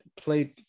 played